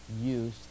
use